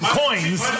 coins